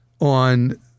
on